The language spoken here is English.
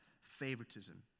favoritism